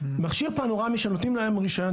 מכשיר פנורמי שנותנים לו היום רישיון,